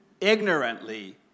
ignorantly